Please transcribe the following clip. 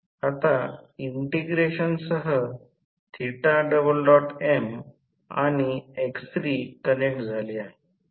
आता इंटिग्रेशनसह m आणि x3कनेक्ट झाले आहे